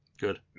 good